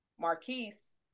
Marquise